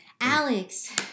Alex